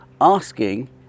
asking